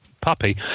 puppy